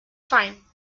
fine